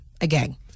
again